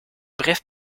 bref